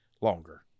longer